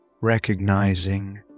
recognizing